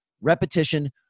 repetition